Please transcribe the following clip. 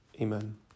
Amen